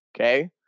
Okay